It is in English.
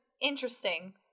interesting